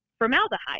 formaldehyde